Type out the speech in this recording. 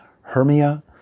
Hermia